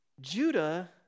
Judah